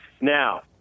Now